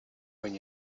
when